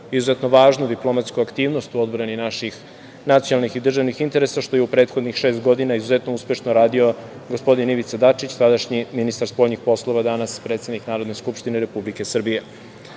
izuzetno važnu diplomatsku aktivnost u odbrani naših nacionalnih i državnih interesa, što je i u prethodnih šest meseci veoma uspešno radio gospodin Ivica Dačić, tadašnji ministar spoljnih poslova, danas predsednik Narodne skupštine Republike